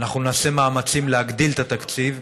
אנחנו נעשה מאמצים להגדיל את התקציב